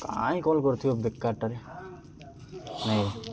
କାଇଁ କଲ୍ କରୁଥିବ ବେକାରଟାରେ ନାଇଁ